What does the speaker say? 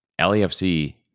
LAFC